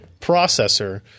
Processor